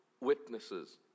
witnesses